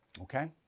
okay